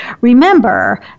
remember